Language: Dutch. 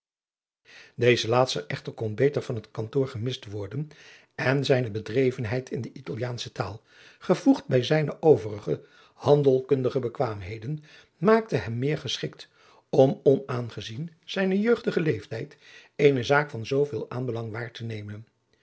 deze laatste echter kon beter van het kantoor gemist worden en zijne bedrevenheid in de italiaansche taal gevoegd bij zijne overige handelkundige bekwaamheden maakte hem meer geschikt om onaangezien zijnen jeugdigen leeftijd eene zaak van zoo veel aanbelang waar te nemen